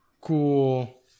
cool